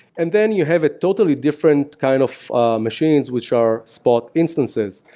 and then you have a totally different kind of machines, which are spot instances,